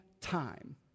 time